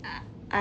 err I